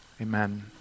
amen